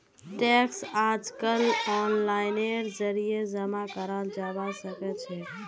tax अइजकाल ओनलाइनेर जरिए जमा कराल जबा सखछेक